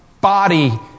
body